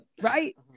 right